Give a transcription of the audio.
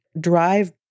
drive